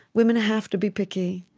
women have to be picky